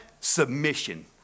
submission